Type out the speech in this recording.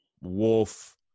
wolf